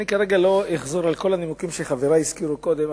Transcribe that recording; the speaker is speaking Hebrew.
אני כרגע לא אחזור על כל הנימוקים שחברי הזכירו קודם.